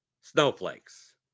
snowflakes